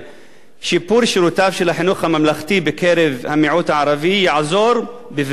שיפור שירותיו של החינוך הממלכתי בקרב המיעוט הערבי יעזור בבניית דור